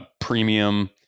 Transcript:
premium